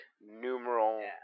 numeral